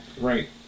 Right